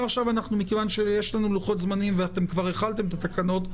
מכיוון שיש לנו לוחות זמנים ואתם כבר החלתם את התקנות,